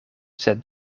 sed